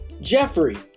Jeffrey